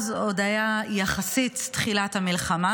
אז עוד היה יחסית תחילת המלחמה,